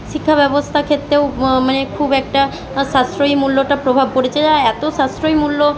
শিক্ষাব্যবস্থা ক্ষেত্রেও মানে খুব একটা সাশ্রয়ী মূল্যটা প্রভাব পড়েছে এরা এত সাশ্রয়ী মূল্য